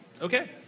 okay